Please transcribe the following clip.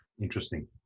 Interesting